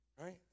right